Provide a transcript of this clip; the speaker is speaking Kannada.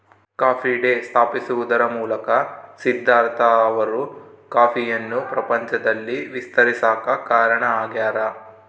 ಕಾಫಿ ಡೇ ಸ್ಥಾಪಿಸುವದರ ಮೂಲಕ ಸಿದ್ದಾರ್ಥ ಅವರು ಕಾಫಿಯನ್ನು ಪ್ರಪಂಚದಲ್ಲಿ ವಿಸ್ತರಿಸಾಕ ಕಾರಣ ಆಗ್ಯಾರ